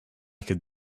could